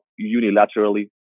unilaterally